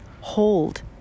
hold